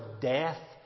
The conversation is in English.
death